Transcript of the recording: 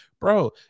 bro